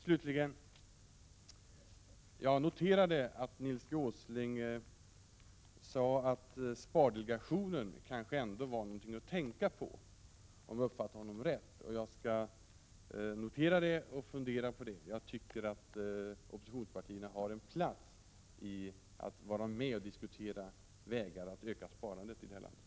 Slutligen: Nils G Åsling sade att spardelegationen kanske ändå var någonting att tänka på, om jag uppfattade honom rätt. Jag noterar det och skall fundera på det. Jag tycker att oppositionspartierna har en plats när det gäller att vara med och diskutera vägar för att öka sparandet i det här landet.